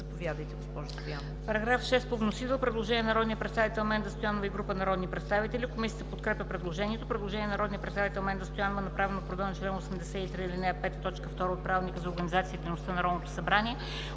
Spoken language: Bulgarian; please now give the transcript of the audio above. Параграф 7 по вносител.